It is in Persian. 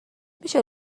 میشه